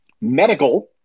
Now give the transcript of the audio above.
medical